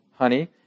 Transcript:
Honey